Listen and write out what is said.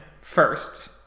first